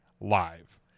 live